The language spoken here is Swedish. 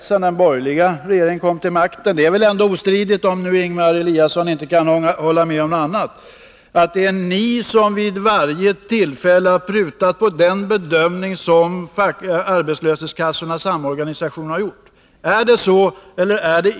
Sedan den borgerliga regeringen kom till makten är det väl ändå ostridigt — det måste Ingemar Eliasson hålla med om — att regeringen vid varje tillfälle prutat på den bedömning arbetslöshetskassornas samorganisation gjort. Är det så eller inte?